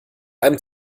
einem